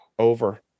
over